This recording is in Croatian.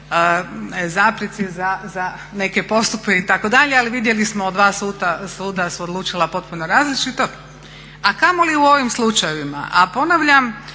zapreci za neke postupke itd. Ali vidjeli smo od dva suda su odlučila potpuno različito, a kamoli u ovim slučajevima. A ponavljam,